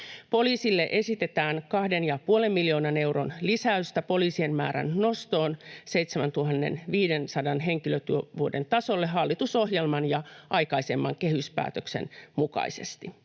Poliisille esitetään 2,5 miljoonan euron lisäystä poliisien määrän nostoon 7 500 henkilötyövuoden tasolle hallitusohjelman ja aikaisemman kehyspäätöksen mukaisesti.